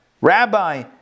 Rabbi